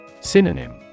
Synonym